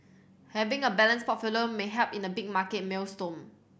having a balanced portfolio may help in a big market maelstrom